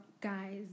guys